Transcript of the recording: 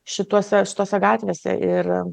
šituose šitose gatvėse ir